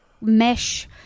mesh